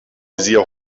visier